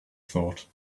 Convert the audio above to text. thought